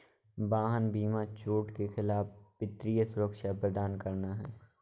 वाहन बीमा चोट के खिलाफ वित्तीय सुरक्षा प्रदान करना है